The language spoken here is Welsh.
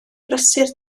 brysur